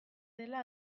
dela